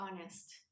honest